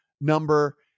number